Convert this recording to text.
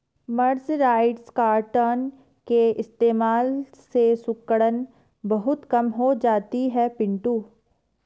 mercerised cotton के इस्तेमाल से सिकुड़न बहुत कम हो जाती है पिंटू